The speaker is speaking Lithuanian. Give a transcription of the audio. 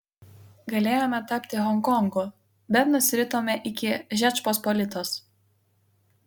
galėjome tapti honkongu bet nusiritome iki žečpospolitos